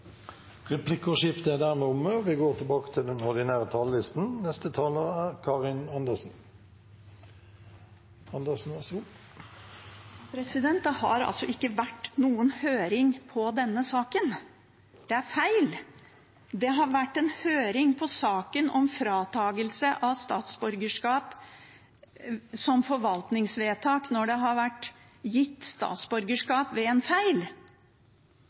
Replikkordskiftet er omme. Det har ikke vært noen høring i denne saken. Det er feil – det har vært en høring i saken om fratakelse av statsborgerskap som forvaltningsvedtak når det har vært gitt statsborgerskap ved en feil.